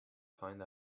find